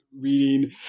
reading